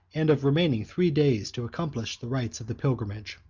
and of remaining three days to accomplish the rites of the pilgrimage.